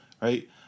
Right